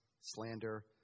slander